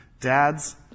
Dads